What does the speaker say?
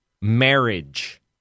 marriage